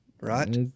right